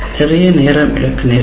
நிறைய நேரம் இழக்க நேரிடும்